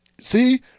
see